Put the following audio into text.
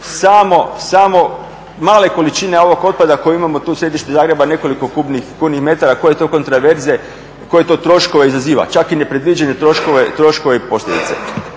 samo male količine ovoga otpada koje imamo tu u središtu Zagreba, nekoliko kubnih metara, koja to kontraverze, koje to troškove izaziva, čak i nepredviđene troškove i posljedice.